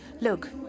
look